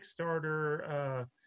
kickstarter